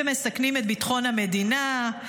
שמסכנים את ביטחון המדינה,